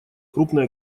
крупной